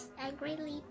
angrily